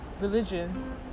Religion